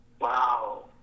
Wow